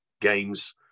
games